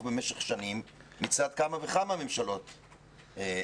במשך שנים מצד כמה וכמה ממשלות ישראל.